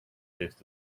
tastes